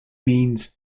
means